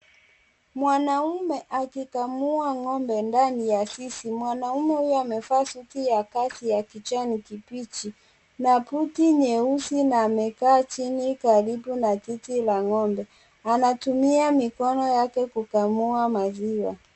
Mwanaume akikamua ng'ombe ndani ya zizi. Mwanaume huyo amevaa suti ya kazi ya kijani kibichi na buti nyeusi na amekaa chini karibu na zizi la ng'ombe. Anatumia mikono yake kukamua maziwa.